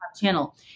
channel